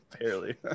Barely